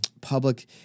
public